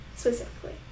specifically